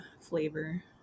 flavor